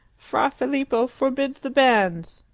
fra filippo forbids the banns!